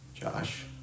Josh